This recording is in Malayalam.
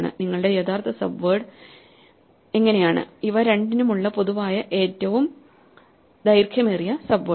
നിങ്ങളുടെ യഥാർത്ഥ സബ്വേഡ് തന്നെയാണ് ഇവ രണ്ടിനുമുള്ള പൊതുവായ ഏറ്റവും ദൈർഘ്യമേറിയ സബ്വേഡ്